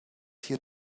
here